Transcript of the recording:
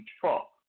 truck